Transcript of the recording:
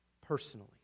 personally